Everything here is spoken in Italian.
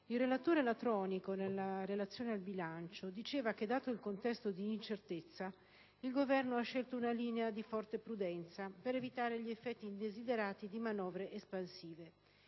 il relatore Latronico nella relazione al bilancio diceva che, dato il contesto di incertezza, il Governo ha scelto una linea di forte prudenza per evitare gli effetti indesiderati di manovre espansive;